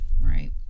right